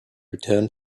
returned